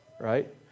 right